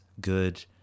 good